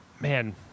man